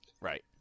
Right